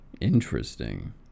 Interesting